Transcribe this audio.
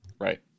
right